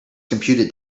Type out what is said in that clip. computed